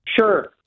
sure